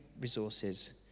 resources